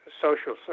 social